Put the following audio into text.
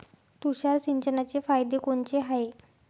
तुषार सिंचनाचे फायदे कोनचे हाये?